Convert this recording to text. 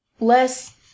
less